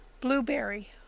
Blueberry